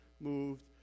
moved